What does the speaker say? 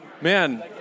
Man